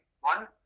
one